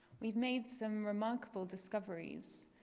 we've made some remarkable discoveries.